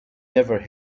never